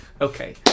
Okay